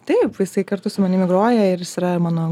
taip jisai kartu su manimi groja ir jis yra mano